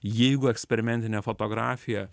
jeigu eksperimentinė fotografija